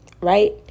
Right